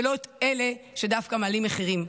ולא את אלה שדווקא מעלים מחירים.